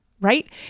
right